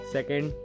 Second